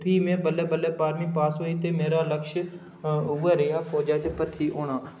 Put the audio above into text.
फ्ही में बल्लें बल्लें बारमीं पास होई ते मेरा लक्ष्य उ'ऐ रेहा फौजा च भर्थी होना